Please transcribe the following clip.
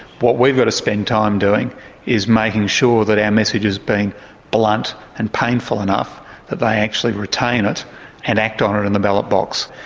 what we've got to spend time doing is making sure that our and message is being blunt and painful enough that they actually retain it and act on it in the ballot box.